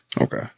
Okay